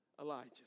Elijah